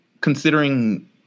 considering